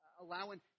allowing